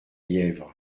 yèvre